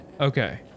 Okay